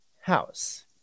house